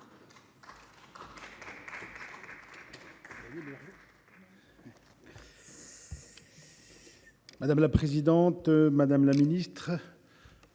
Madame la présidente, madame la ministre,